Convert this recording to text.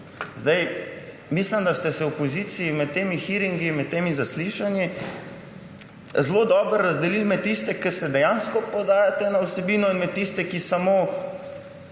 Mislim, da ste se v opoziciji med temi hearingi, med temi zaslišanji zelo dobro razdelili na tiste, ki se dejansko podajate v vsebino, in na tiste, ki ste